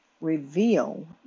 reveal